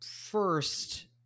first